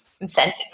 incentive